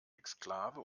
exklave